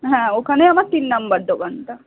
হ্যাঁ ওখানে আমার তিন নাম্বার দোকানটা